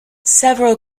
several